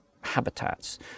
habitats